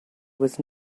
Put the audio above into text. was